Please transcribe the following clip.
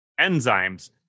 enzymes